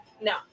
No